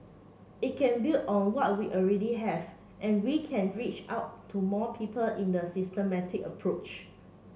it can build on what we already have and we can reach out to more people in the systematic approach